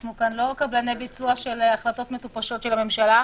אנחנו כאן לא קבלני ביצוע של החלטות מטופשות של הממשלה.